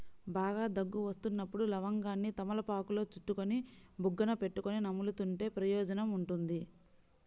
బాగా దగ్గు వస్తున్నప్పుడు లవంగాన్ని తమలపాకులో చుట్టుకొని బుగ్గన పెట్టుకొని నములుతుంటే ప్రయోజనం ఉంటుంది